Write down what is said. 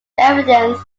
evidence